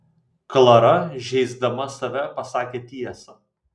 klara žeisdama save pasakė tiesą